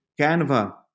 Canva